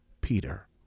Peter